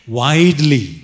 widely